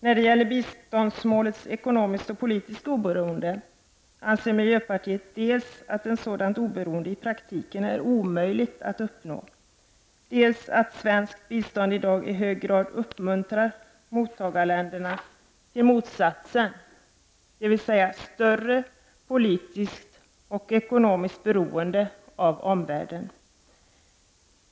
När det gäller biståndsmålet ekonomiskt och politiskt oberoende anser miljöpartiet dels att ett sådant oberoende i praktiken är omöjligt att uppnå, dels att svenskt bistånd i dag i hög grad uppmuntrar mottagarländerna till motsatsen, dvs. större politiskt och ekonomiskt beroende av omvärlden.